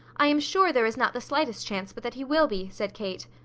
i am sure there is not the slightest chance but that he will be, said kate.